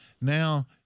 Now